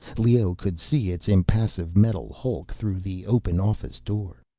leoh could see its impassive metal hulk through the open office door.